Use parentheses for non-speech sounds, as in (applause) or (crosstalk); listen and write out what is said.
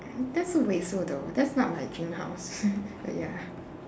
(noise) that's wasteful though that's not my dream house but ya